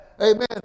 Amen